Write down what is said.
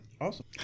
Awesome